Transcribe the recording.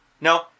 No